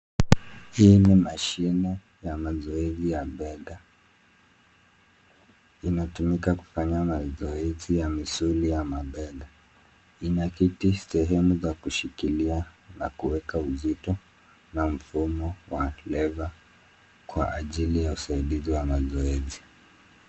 Hii ni mashine ya mazoezi ya bega inatumika kufanya mazoezi ya misuli ya mabega, ina kiti sehemu ya kushikilia na kuweka uzito na mfumo wa lever kwa ajili ya usaidizi wa mazoezi.